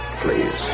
Please